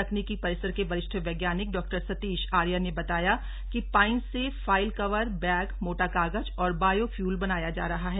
तकनीकी परिसर के वरिष्ठ वैज्ञानिक डॉ सतीश थ र्या ने बताया कि पाइन से फाइल कवर बैग मोटा कागज और बायो फ्यूल बनाया जा रहा है